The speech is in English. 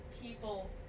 people